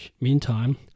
meantime